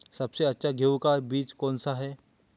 सबसे अच्छा गेहूँ का बीज कौन सा है?